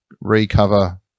recover